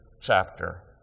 chapter